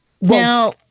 Now